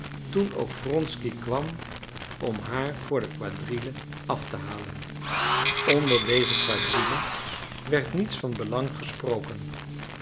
toen ook wronsky kwam om haar voor de quadrille af te halen onder deze quadrille werd niets van belang gesproken